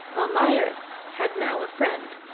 almayer had now a friend.